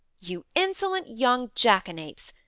you insolent young jackanapes!